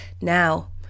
Now